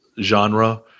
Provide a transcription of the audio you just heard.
genre